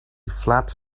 flaps